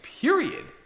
period